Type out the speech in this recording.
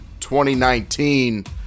2019